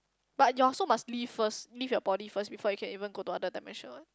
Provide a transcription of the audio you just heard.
but your soul must leave first leave your body first before it can even go to other dimension what